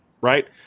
right